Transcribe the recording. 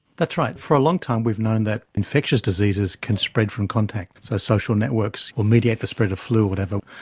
that's right, for a long time we've known that infectious diseases can spread from contact, so social networks will mediate the spread of flu or whatever.